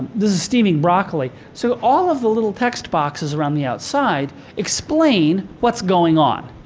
this is steaming broccoli. so all of the little text boxes around the outside explain what's going on.